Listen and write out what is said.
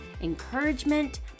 encouragement